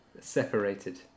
separated